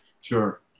sure